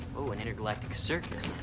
oh, an intergalactic circus.